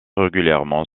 régulièrement